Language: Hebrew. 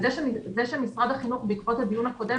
העובדה שמשרד החינוך בעקבות הדיון הקודם